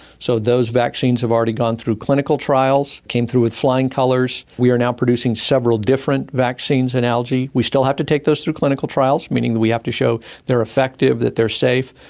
so those vaccines have already gone through clinical trials, came through with flying colours. we are now producing several different vaccines in algae. we still had to take those through clinical trials, meaning that we have to show they are effective, that they are safe.